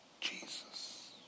Jesus